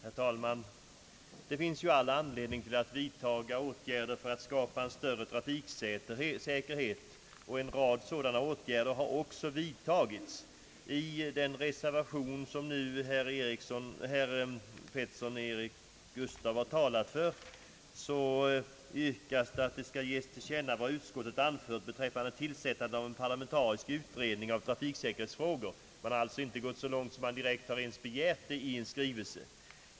Herr talman! Det finns all anledning att vidta åtgärder för att skapa större trafiksäkerhet, och en rad sådana åt gärder har också vidtagits. I den reservation som herr Eric Gustaf Peterson har talat för, yrkas att riksdagen skall ge Kungl. Maj:t till känna vad utskottet anfört beträffande tillsättande av en parlamentarisk utredning av trafiksäkerhetsfrågor. Man har alltså inte gått så långt att man begärt en skrivelse.